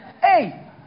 Hey